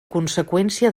conseqüència